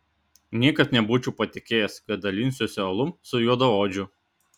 niekad nebūčiau patikėjęs kad dalinsiuosi alum su juodaodžiu